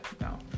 no